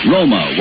Roma